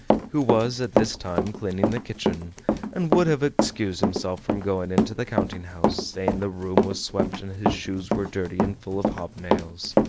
who was at this time cleaning the kitchen and would have excused himself from going into the counting-house, saying the room was swept and his shoes were dirty and full of hob-nails.